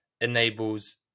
enables